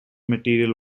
material